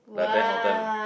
like Van-Houten lah